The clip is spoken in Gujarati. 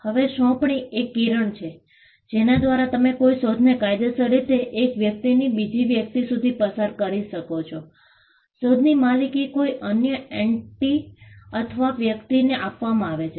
હવે સોંપણી એ કિરણ છે જેના દ્વારા તમે કોઈ શોધને કાયદેસર રીતે એક વ્યક્તિથી બીજી વ્યક્તિ સુધી પસાર કરી શકો છો શોધની માલિકી કોઈ અન્ય એન્ટિટી અથવા વ્યક્તિને આપવામાં આવે છે